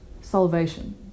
salvation